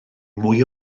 mwy